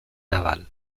naval